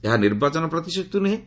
ଏହା ନିର୍ବାଚନ ପ୍ରତିଶ୍ରତି ନୁହେଁ